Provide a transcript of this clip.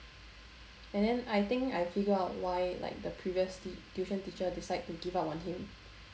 and then I think I figure out why like the previous tu~ tuition teacher decide to give up on him